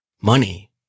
Money